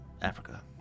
Africa